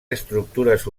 estructures